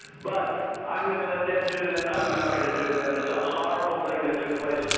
but i'm going the let them do that. i'm not going to do that. it's a horrible thing that took place,